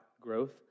growth